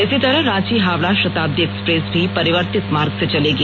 इसी तरह रांची हावड़ा शताब्दी एक्सप्रेस भी परिवर्तित मार्ग से चलेगी